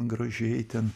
gražiai ten